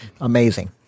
amazing